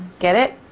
get it?